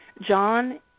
John